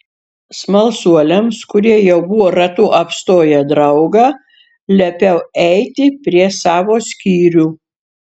smalsuoliams kurie jau buvo ratu apstoję draugą liepiau eiti prie savo skyrių